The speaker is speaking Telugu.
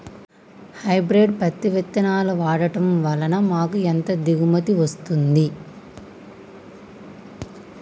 హైబ్రిడ్ పత్తి విత్తనాలు వాడడం వలన మాకు ఎంత దిగుమతి వస్తుంది?